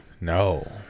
No